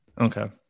Okay